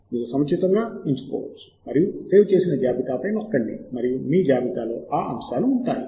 మీరు సముచితంగా ఎంచుకోవచ్చు మరియు సేవ్ చేసిన జాబితాపై నొక్కండి మరియు మీ జాబితా లో ఆ అంశాలు ఉంటాయి